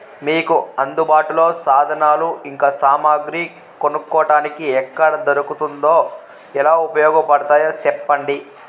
మీకు అందుబాటులో సాధనాలు ఇంకా సామగ్రి కొనుక్కోటానికి ఎక్కడ దొరుకుతుందో ఎలా ఉపయోగపడుతాయో సెప్పండి?